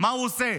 מה הוא עושה?